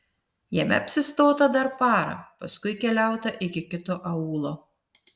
jame apsistota dar parą paskui keliauta iki kito aūlo